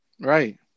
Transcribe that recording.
Right